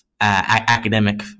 academic